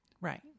right